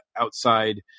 outside